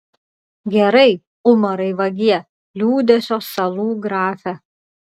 gerai umarai vagie liūdesio salų grafe